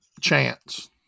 chance